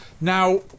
now